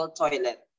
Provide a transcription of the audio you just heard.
toilet